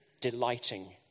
Delighting